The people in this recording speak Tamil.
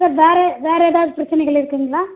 சார் வேறு வேறு ஏதாவது பிரச்சனைகள் இருக்குதுங்களா